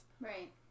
right